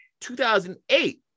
2008